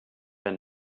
been